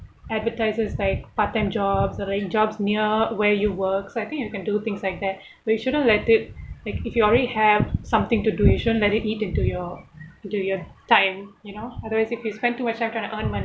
advertises like part-time jobs or like jobs near where you work so I think you can do things like that but you shouldn't let it like if you already have something to do you shouldn't let it eat into your into your time you know otherwise if you spend too much time trying to earn money